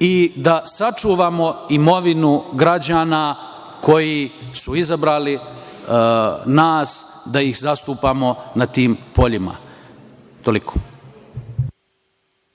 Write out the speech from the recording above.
i da sačuvamo imovinu građana koji su izabrali nas da ih zastupamo na tim poljima. Toliko.